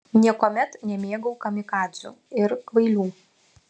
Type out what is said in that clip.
niekuomet nemėgau kamikadzių ir kvailių